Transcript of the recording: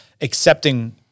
accepting